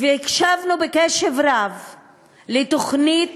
והקשבנו בקשב רב לתוכנית.